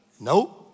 Nope